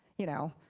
you know,